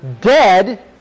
dead